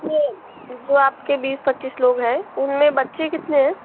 उसमे जो आपके बीस पच्चीस लोग हैं उनमें बच्चे कितने हैं